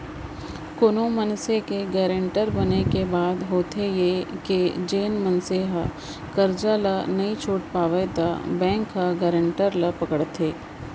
कोनो मनसे के गारंटर बने के बाद होथे ये के जेन मनसे ह करजा ल नइ छूट पावय त बेंक ह गारंटर ल पकड़थे